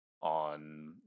on